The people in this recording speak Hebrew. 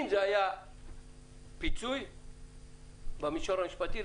אם זה היה פיצוי במישור המשפטי,